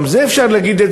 גם את זה אפשר להגיד,